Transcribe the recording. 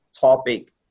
topic